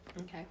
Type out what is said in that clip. Okay